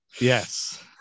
Yes